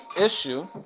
issue